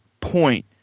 point